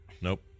Nope